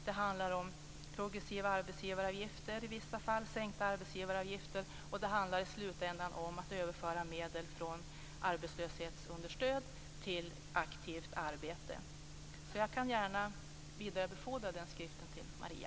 Det handlar om progressiva, och i vissa fall sänkta, arbetsgivaravgifter, och det handlar i slutändan om att överföra medel från arbetslöshetsunderstöd till aktivt arbete. Jag kan gärna vidarebefordra den skriften till Maria.